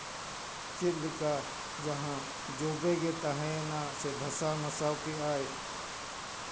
ᱪᱮᱫ ᱞᱮᱠᱟ ᱡᱟᱦᱟᱸ ᱡᱚᱵᱮᱜᱮ ᱛᱟᱦᱮᱸᱭᱮᱱᱟ ᱥᱮ ᱫᱷᱟᱥᱟᱣ ᱱᱟᱥᱟᱣ ᱠᱮᱜ ᱟᱭ